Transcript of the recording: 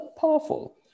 powerful